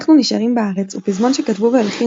אנחנו נשארים בארץ הוא פזמון שכתבו והלחינו